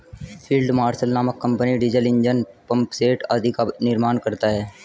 field marshal नामक company diesel engine, pumpset आदि का निर्माण करता है